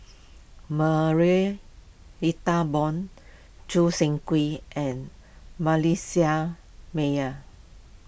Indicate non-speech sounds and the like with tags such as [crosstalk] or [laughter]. Marie Ethel Bong Choo Seng Quee and [unintelligible] Meyer